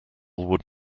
would